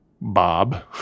Bob